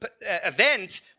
event